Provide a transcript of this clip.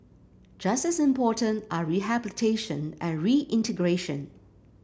just as important are rehabilitation and reintegration